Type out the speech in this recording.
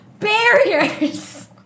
barriers